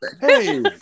hey